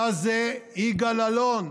יגאל אלון,